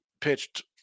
pitched